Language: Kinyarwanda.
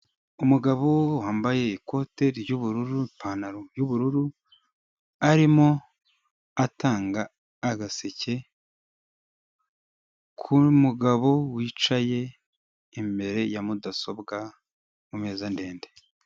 Umugabo wambaye ikote ry'ubururu, ipantaro y'ubururu arimo atanga agaseke k'umugabo wicaye imbere ya mudasobwa ku meza ndende.